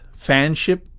fanship